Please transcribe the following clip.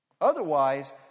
Otherwise